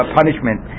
punishment